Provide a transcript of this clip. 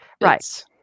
Right